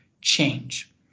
change